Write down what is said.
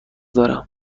دارم